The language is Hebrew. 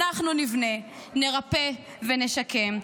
אנחנו נבנה, נרפא ונשקם.